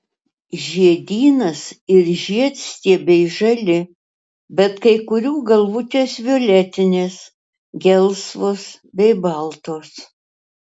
žiedynas ir žiedstiebiai žali bet kai kurių galvutės violetinės gelsvos bei baltos